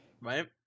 right